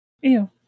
Ew